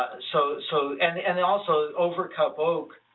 so so and and and also, overcup oak,